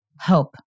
Hope